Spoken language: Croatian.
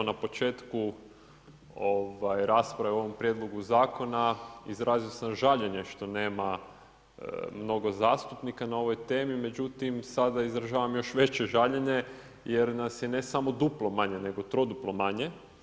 Na početku rasprave o ovom prijedlogu zakon izrazio sam žaljenje što nema mnogo zastupnika na ovoj temi, međutim, sada izražavam još veće žaljenje, jer nas je ne samo duplo manje, nego troduplo manje.